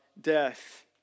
death